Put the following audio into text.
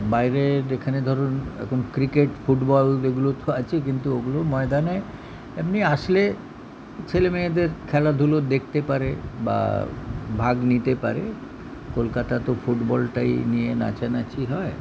বাইরে যেখানে ধরুন এখন ক্রিকেট ফুটবল এগুলো তো আছে কিন্তু ওগুলো ময়দানে এমনি আসলে ছেলে মেয়েদের খেলাধুলো দেখতে পারে বা ভাগ নিতে পারে কলকাতা তো ফুটবলটাই নিয়ে নাচানাচি হয়